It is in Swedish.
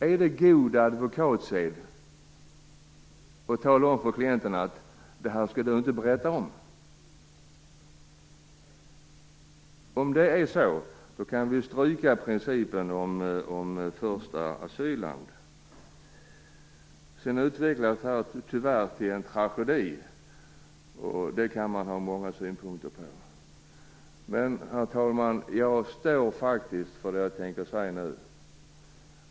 Är det då god advokatsed att tala om för klienten att han inte skall berätta det? Om det är så, kan vi stryka principen om första asylland. Sedan utvecklades det här tyvärr till en tragedi. Det kan man ha många synpunkter på. Men, herr talman, jag står faktiskt för det jag tänker säga nu.